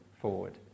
forward